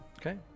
Okay